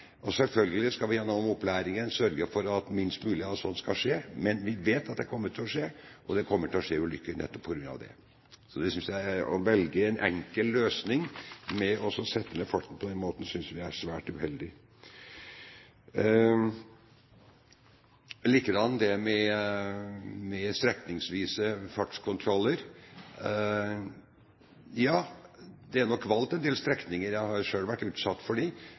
forbi. Selvfølgelig skal vi gjennom opplæringen sørge for at minst mulig av sånt skal skje, men vi vet at det kommer til å skje, og det kommer til å skje ulykker nettopp på grunn av det. Så det å velge en enkel løsning med å sette ned farten på den måten synes vi er svært uheldig. Likedan dette med strekningsvise fartskontroller: Jeg har selv vært utsatt for dem, heldigvis uten å bli tatt. Men det er en del strekninger